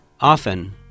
Often